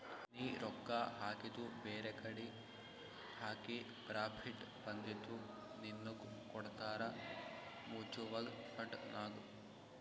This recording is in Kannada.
ನೀ ರೊಕ್ಕಾ ಹಾಕಿದು ಬೇರೆಕಡಿ ಹಾಕಿ ಪ್ರಾಫಿಟ್ ಬಂದಿದು ನಿನ್ನುಗ್ ಕೊಡ್ತಾರ ಮೂಚುವಲ್ ಫಂಡ್ ನಾಗ್